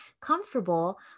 comfortable